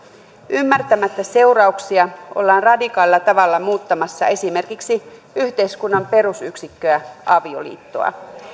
ymmärtämättä seurauksia ollaan radikaalilla tavalla muuttamassa esimerkiksi yhteiskunnan perusyksikköä avioliittoa